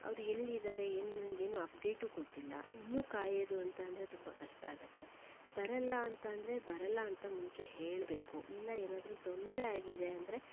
ಅವ್ರು ಎಲ್ಲಿದ್ದಾರೆ ಏನು ನನ್ಗೆ ಏನೂ ಅಪ್ಡೇಟು ಕೊಟ್ಟಿಲ್ಲ ಇನ್ನೂ ಕಾಯೋದು ಅಂತಂದರೆ ತುಂಬ ಕಷ್ಟ ಆಗುತ್ತೆ ಬರೋಲ್ಲ ಅಂತಂದರೆ ಬರೋಲ್ಲ ಅಂತ ಮುಂಚೆ ಹೇಳಬೇಕು ಇಲ್ಲ ಏನಾದರೂ ತೊಂದರೆ ಆಗಿದೆ ಅಂದರೆ